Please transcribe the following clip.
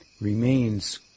remains